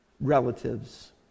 relatives